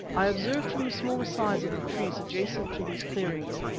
i observed from the smaller size of the trees adjacent to these clearings,